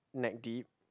Natt Deep